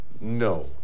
no